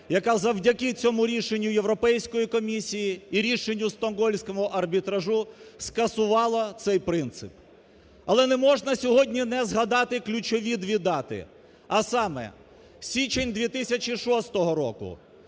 яка завдяки цьому рішенню Європейської комісії і рішенню Стокгольмського арбітражу скасувало цей принцип. Але не можна сьогодні не згадати ключові дві дати, а саме січень 2006 року,